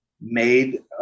made